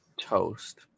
Toast